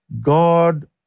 God